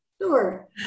Sure